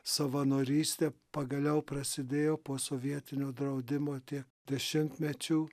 savanorystė pagaliau prasidėjo posovietinio draudimo tiek dešimtmečių